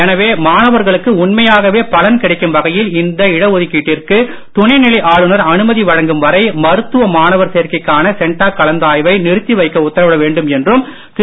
எனவே மாணவர்களுக்கு உண்மையாகவே பலன் கிடைக்கும் வகையில் இந்த இட ஒதுக்கீட்டிற்கு துணைநிலை ஆளுநர் அனுமதி வழங்கும் வரை மருத்துவ மாணவர் சேர்க்கைக்கான சென்டாக் கலந்தாய்வை நிறுத்தி வைக்க உத்தரவிட வேண்டும் என்றும் திரு